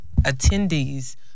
attendees